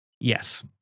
Yes